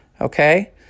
Okay